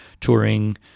touring